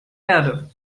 erde